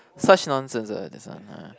such nonsense ah this one ah